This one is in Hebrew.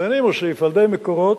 ואני מוסיף: על-ידי "מקורות"